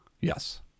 Yes